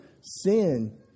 sin